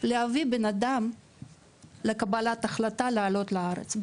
להביא בנאדם לקבלת החלטה לעלות לארץ,